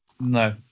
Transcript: No